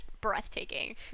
breathtaking